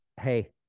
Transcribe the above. hey